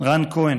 רן כהן: